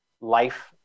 life